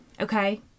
okay